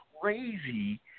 crazy